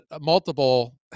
multiple